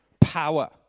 power